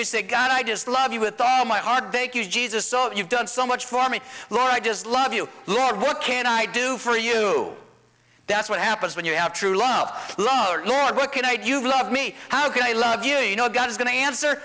you say god i just love you with all my heart thank you jesus so you've done so much for me but i just love you yeah what can i do for you that's what happens when you have true love yeah what can i do you love me how can i love you you know god is going to answer